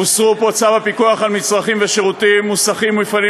הוסרו פה צו הפיקוח על מצרכים ושירותים (מוסכים ומפעלים